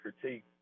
critique